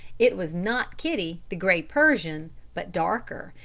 it was not kitty, the grey persian, but darker,